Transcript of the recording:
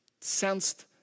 sensed